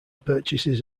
purchases